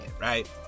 right